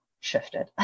shifted